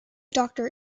doctor